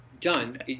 done